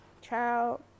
Child